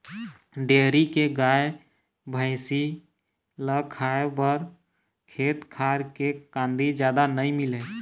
dairy के गाय, भइसी ल खाए बर खेत खार के कांदी जादा नइ मिलय